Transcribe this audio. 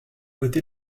voté